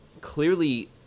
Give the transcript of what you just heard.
clearly